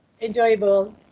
enjoyable